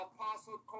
Apostle